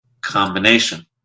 combination